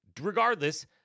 Regardless